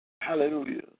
Hallelujah